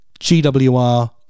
GWR